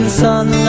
sun